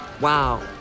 Wow